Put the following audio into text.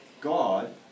God